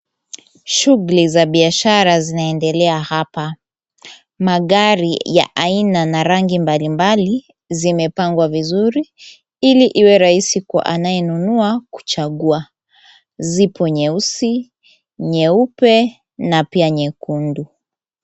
Shughuli za biashara zinaendelea hapa. Magari ya aina na rangi mbalimbali zimepangwa vizuri, ili iwe rahisi kwa anayenunua kuchagua. Zipo nyeusi, nyeupe na pia nyekundu.